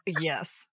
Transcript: Yes